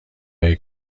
هایی